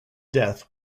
death